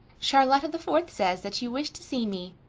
charlotta the fourth says that you wished to see me,